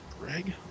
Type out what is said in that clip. Greg